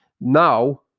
Now